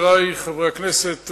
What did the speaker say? חברי חברי הכנסת,